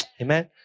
Amen